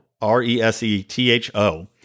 R-E-S-E-T-H-O